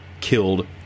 killed